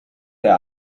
der